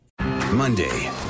Monday